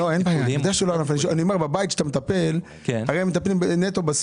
אין 43,000 תקנים של מטפלים במוסדות